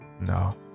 No